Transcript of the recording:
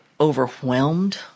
overwhelmed